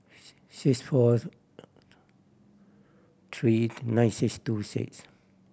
six fourth three nine six two six